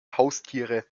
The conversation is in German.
haustiere